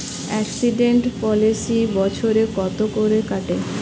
Accident policy বছরে কত করে কাটে?